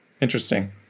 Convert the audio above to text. Interesting